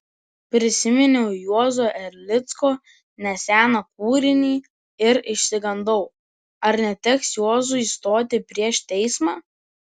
prisiminiau juozo erlicko neseną kūrinį ir išsigandau ar neteks juozui stoti prieš teismą